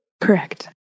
Correct